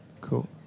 Cool